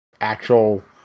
actual